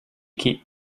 keep